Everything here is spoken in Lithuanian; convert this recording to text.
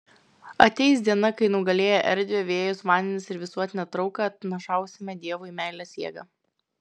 ateis diena kai nugalėję erdvę vėjus vandenis ir visuotinę trauką atnašausime dievui meilės jėgą